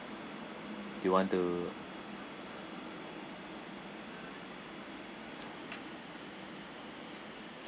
you want to